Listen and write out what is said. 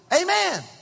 Amen